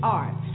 art